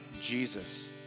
Jesus